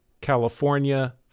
California